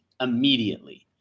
immediately